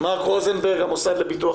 מרק רוזנברג, המוסד לביטוח